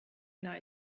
know